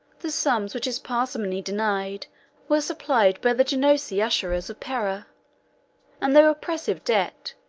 the sums which his parsimony denied were supplied by the genoese usurers of pera and the oppressive debt,